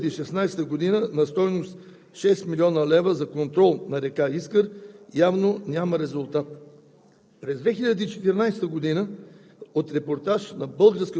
старта на проекта с европейски средства през 2016 г. на стойност 6 млн. лв. за контрол на река Искър явно няма резултат.